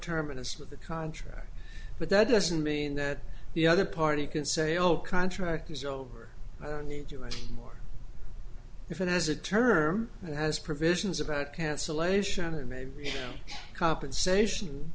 terminous of the contract but that doesn't mean that the other party can say oh contract is over i don't need you anymore if it has a term that has provisions about cancellation and maybe compensation